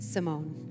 Simone